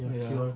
oh ya